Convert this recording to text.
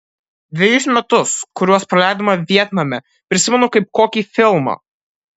dvejus metus kuriuos praleidome vietname prisimenu kaip kokį filmą